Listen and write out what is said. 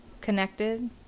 connected